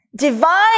Divine